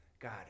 God